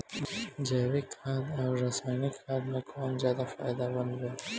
जैविक खाद आउर रसायनिक खाद मे कौन ज्यादा फायदेमंद बा?